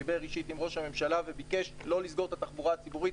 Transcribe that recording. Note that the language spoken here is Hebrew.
דיבר אישית עם ראש הממשלה וביקש לא לסגור את התחבורה הציבורית.